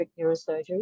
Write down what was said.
neurosurgery